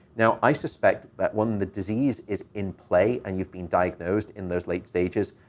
now i suspect that when the disease is in play and you've been diagnosed in those late stages,